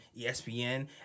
ESPN